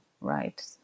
right